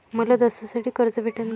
मले दसऱ्यासाठी कर्ज भेटन का?